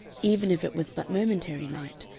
even if it was but momentary light,